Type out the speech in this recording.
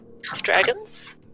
dragons